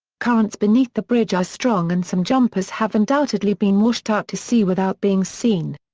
currents beneath the bridge are strong and some jumpers have undoubtedly been washed out to sea without being seen.